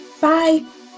Bye